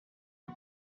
you